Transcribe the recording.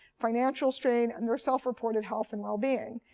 financial strain, and their self-reported health and well being.